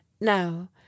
Now